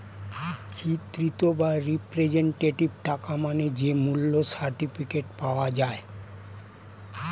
চিত্রিত বা রিপ্রেজেন্টেটিভ টাকা মানে যে মূল্য সার্টিফিকেট পাওয়া যায়